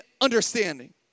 understanding